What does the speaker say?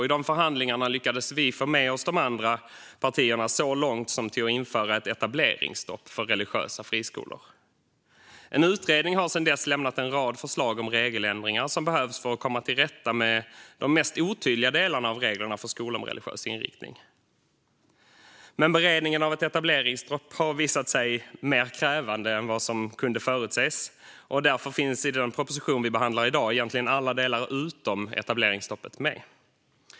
I dessa förhandlingar lyckades vi få med oss de andra partierna så långt som till att införa ett etableringsstopp för religiösa friskolor. En utredning har sedan dess lämnat en rad förslag om regeländringar som behövs för att komma till rätta med de mest otydliga delarna av reglerna för skolor med religiös inriktning. Men beredningen av ett etableringsstopp har visat sig mer krävande än vad som kunde förutses, och därför finns i den proposition som vi behandlar i dag egentligen alla delar med utom etableringsstoppet.